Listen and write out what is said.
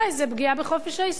זו פגיעה בחופש העיסוק.